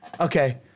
Okay